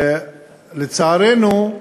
לצערנו,